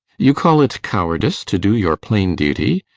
you call it cowardice to do your plain duty?